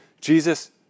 Jesus